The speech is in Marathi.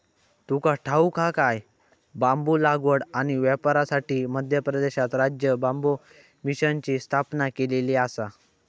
तुका ठाऊक हा काय?, बांबू लागवड आणि व्यापारासाठी मध्य प्रदेशात राज्य बांबू मिशनची स्थापना केलेली आसा